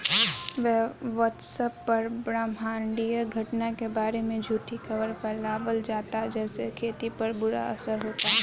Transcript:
WhatsApp पर ब्रह्माण्डीय घटना के बारे में झूठी खबर फैलावल जाता जेसे खेती पर बुरा असर होता